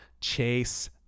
Chase